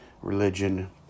religion